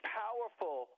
powerful